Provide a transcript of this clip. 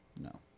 no